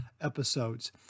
episodes